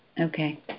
Okay